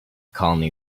colony